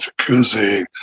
jacuzzi